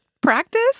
practice